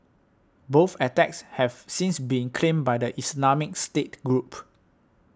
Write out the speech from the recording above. both attacks have since been claimed by the Islamic State group